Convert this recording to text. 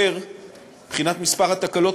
מבחינת מספר התקלות,